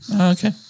Okay